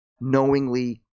knowingly